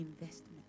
investment